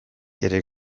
ere